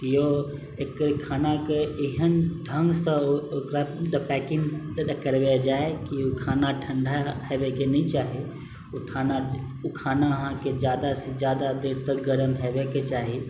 कि यौ एकर खानाके एहन ढङ्गसँ ओकरा पैकिंग करबै जाइ कि उ खाना ठण्डा हेवेके नहि चाही उ खाना उ खाना अहाँके जादासँ जादा देर तक गरम हेवेके चाही